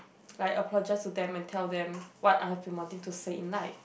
like apologise to them and tell what I have been wanting to say in life